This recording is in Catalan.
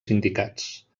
sindicats